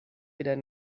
wieder